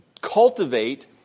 cultivate